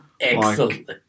Excellent